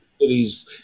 cities